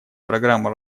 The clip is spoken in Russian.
программа